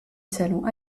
salon